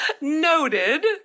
noted